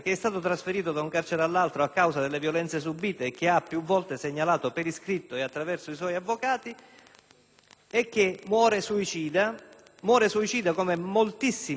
più volte segnalato per iscritto e attraverso i suoi avvocati e che muore suicida, come moltissimi detenuti italiani muoiono suicidi. Purtroppo il dato